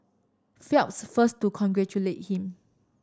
Phelps first to congratulate him